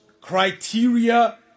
criteria